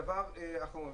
הדבר האחרון,